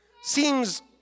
Seems